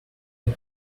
you